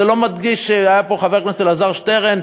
זה לא מדגיש היה פה חבר הכנסת אלעזר שטרן,